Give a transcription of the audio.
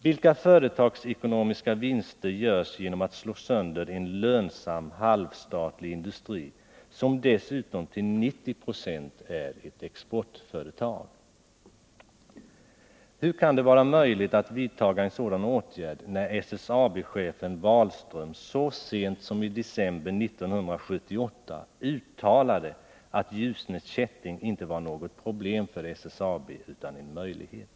Vilka företagsekonomiska vinster görs genom att man slår sönder en lönsam halvstatlig industri, som dessutom till 90 96 är ett exportföretag? Hur kan det vara möjligt att vidta sådana åtgärder när SSAB-chefen Wahlström så sent som i december 1978 uttalade att Ljusne Kätting inte var något problem för SSAB utan en möjlighet?